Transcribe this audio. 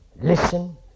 listen